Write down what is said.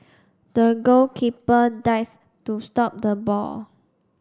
the goalkeeper dived to stop the ball